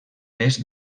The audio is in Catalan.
est